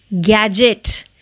Gadget